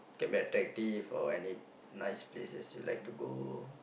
can be attractive or any nice places you like to go